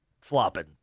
flopping